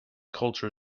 culture